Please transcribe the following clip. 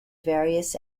various